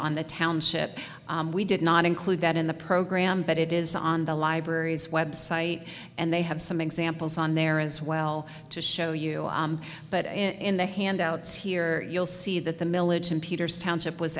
on the township we did not include that in the program but it is on the library's website and they have some examples on there as well to show you but in the handouts here you'll see that the millage in peters township was